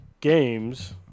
games